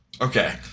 Okay